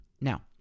Now